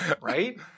right